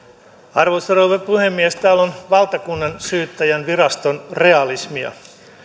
arvoisa rouva puhemies täällä on valtakunnansyyttäjänviraston realismia